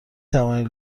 توانید